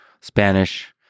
Spanish